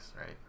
right